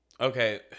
Okay